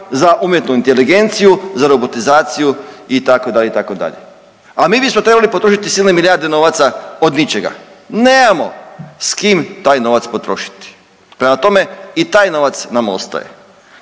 za umjetnu inteligenciju, za robotizaciju itd., itd., a mi bismo trebali potrošiti silne milijarde novaca od ničega, nemamo s kim taj novac potrošiti. Prema tome i taj novac nam ostaje.